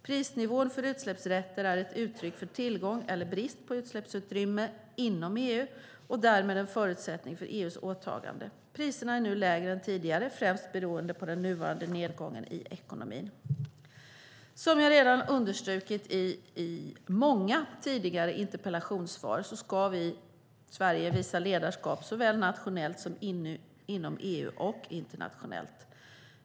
Prisnivån för utsläppsrätter är ett utryck för tillgång eller brist på utsläppsutrymme inom EU och därmed en förutsättning för EU:s åtagande. Priserna är nu lägre än tidigare, främst beroende på den nuvarande nedgången i ekonomin. Som jag redan understrukit i många tidigare interpellationssvar ska Sverige visa ledarskap såväl nationellt som inom EU och internationellt.